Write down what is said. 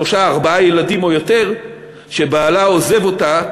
שלושה או ארבעה ילדים ויותר שבעלה עוזב אותה